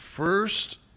first